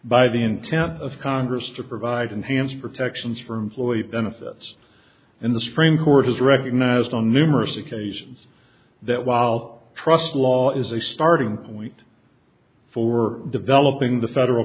by the intent of congress to provide enhanced protections for employee benefits and the supreme court has recognized on numerous occasions that while trust law is a starting point for developing the federal